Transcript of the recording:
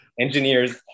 engineers